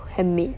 handmade